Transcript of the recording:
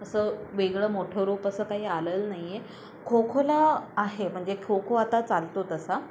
असं वेगळं मोठं रूप असं काही आलेलं नाही आहे खो खोला आहे म्हणजे खो खो आता चालतो तसा